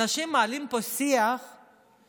אנשים מעלים פה שיח שבסוף